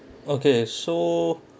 okay so